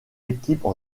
équipes